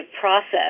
process